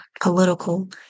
political